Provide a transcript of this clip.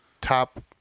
top